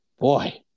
Boy